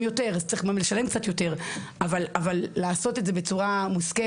יותר אז צריך גם לשלם קצת יותר אבל לעשות את זה בצורה מושכלת,